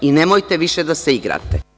I nemojte više da se igrate.